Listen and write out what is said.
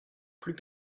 plus